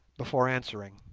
before answering.